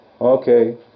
Okay